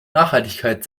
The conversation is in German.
nachhaltigkeit